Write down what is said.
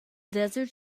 desert